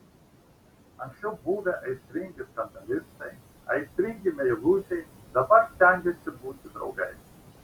anksčiau buvę aistringi skandalistai aistringi meilužiai dabar stengėsi būti draugai